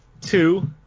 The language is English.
Two